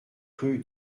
rue